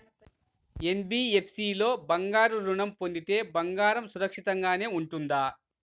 NBFC లో బంగారు ఋణం పొందితే బంగారం సురక్షితంగానే ఉంటుందా?